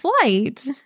flight